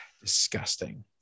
Disgusting